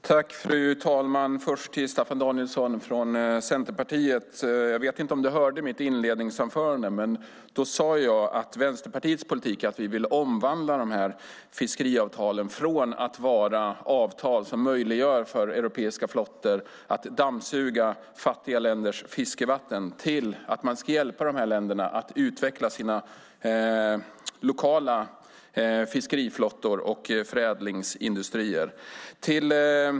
Fru talman! Jag vet inte om Staffan Danielsson från Centerpartiet hörde mitt inledningsanförande. Jag sade att Vänsterpartiet vill omvandla fiskeriavtalen från avtal som möjliggör för europeiska flottor att dammsuga fattiga länders fiskevatten till hjälp åt dessa länder att utveckla sina lokala fiskeflottor och förädlingsindustrier.